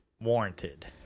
warranted